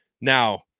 Now